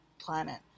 planet